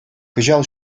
кӑҫал